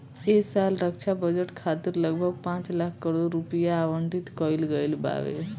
ऐ साल रक्षा बजट खातिर लगभग पाँच लाख करोड़ रुपिया आवंटित कईल गईल बावे